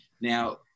now